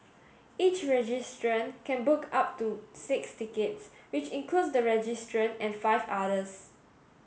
each registrant can book up to six tickets which includes the registrant and five others